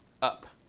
up.